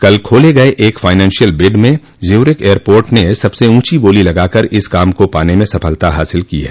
कल खोले गये एक फाइनेंशियल बिड् में ज्यूरिख एयरपोर्ट ने सबसे ऊँची बोली लगाकर इस काम को पाने में सफलता हासिल की है